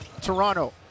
Toronto